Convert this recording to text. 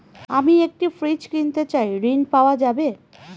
আমি একটি ফ্রিজ কিনতে চাই ঝণ পাওয়া যাবে?